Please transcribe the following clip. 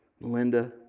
Melinda